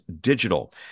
Digital